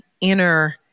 inner